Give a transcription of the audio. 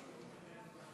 בבקשה.